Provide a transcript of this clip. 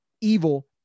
evil